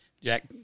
Jack